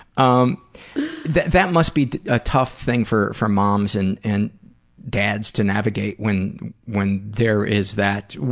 um that that must be a tough thing for for moms and and dads to navigate, when when there is that